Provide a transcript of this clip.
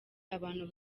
abantu